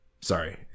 Sorry